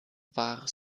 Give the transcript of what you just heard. war